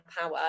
power